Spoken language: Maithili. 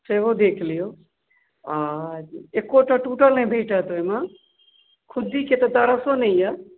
सेहो देख लिअउ आ एकोटा टुटल नहि भेटत ओहिमे खुद्दीके तऽ दरसो नहि यऽ